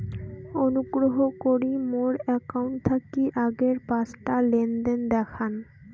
অনুগ্রহ করি মোর অ্যাকাউন্ট থাকি আগের পাঁচটা লেনদেন দেখান